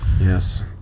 Yes